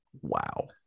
Wow